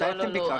מתי ביקשתם?